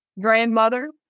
grandmother